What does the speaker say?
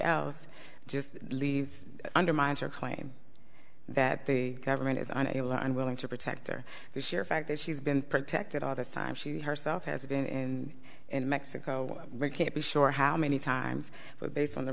else just leaves undermines her claim that the government is unable or unwilling to protect or the sheer fact that she's been protected all the time she herself has been in mexico rick can't be sure how many times but based on the